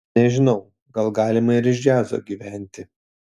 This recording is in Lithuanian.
nežinau gal galima ir iš džiazo gyventi